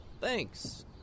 Thanks